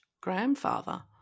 grandfather